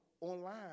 online